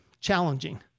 challenging